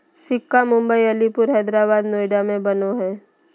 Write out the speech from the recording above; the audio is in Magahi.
सिक्का मुम्बई, अलीपुर, हैदराबाद, नोएडा में बनो हइ